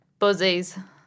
Buzzies